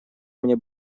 мне